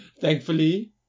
Thankfully